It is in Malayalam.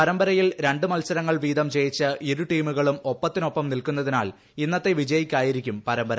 പരമ്പരയിൽ രണ്ട് മത്സരങ്ങൾ വീതം ജയിച്ച് ഇരു ടീമുകളും ഒപ്പത്തിനൊപ്പം നിൽക്കുന്നതിനാൽ ഇന്നത്തെ വിജയിക്കായിരിക്കും പരമ്പര